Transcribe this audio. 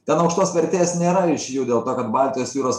ten aukštos vertės nėra iš jų dėl to kad baltijos jūros